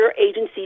agency